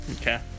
okay